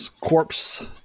corpse